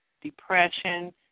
depression